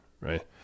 right